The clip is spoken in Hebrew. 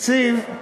מקשיב.